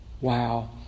Wow